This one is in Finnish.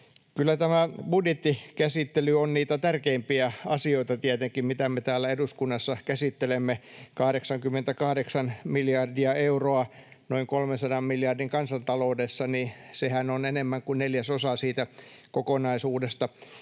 tämä budjettikäsittely on tietenkin niitä tärkeimpiä asioita, mitä me täällä eduskunnassa käsittelemme. 88 miljardia euroa noin 300 miljardin kansantaloudessa, sehän on enemmän kuin neljäsosa siitä kokonaisuudesta.